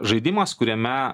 žaidimas kuriame